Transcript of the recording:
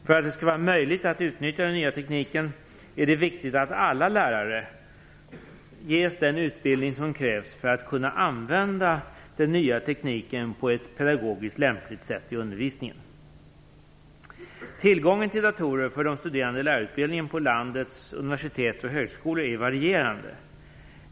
För att det skall vara möjligt att utnyttja den nya tekniken är det viktigt att alla lärare ges den utbildning som krävs för att kunna använda den nya tekniken på ett pedagogiskt lämpligt sätt i undervisningen. Tillgången till datorer för de studerande i lärarutbildningen på landets universitet och högskolor är varierande.